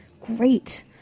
great